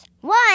one